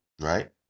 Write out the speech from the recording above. right